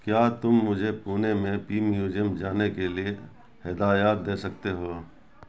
کیا تم مجھے پونے میں پی میوزیم جانے کے لیے ہدایات دے سکتے ہو